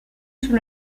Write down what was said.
sous